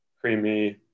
creamy